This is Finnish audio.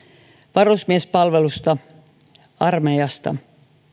varusmiespalvelusta armeijasta